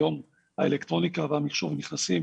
היום האלקטרוניקה והמחשוב נכנסים